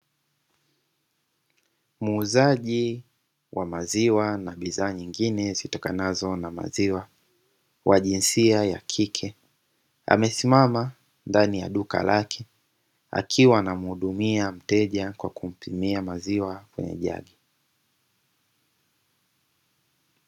Muuzaji wa maziwa na bidhaa nyingine zitokanazo na maziwa wa jinsia ya kike, amesimama ndani ya duka lake akiwa anamhudumia mteja kwa kumpimia maziwa kwenye jagi.